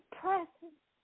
presence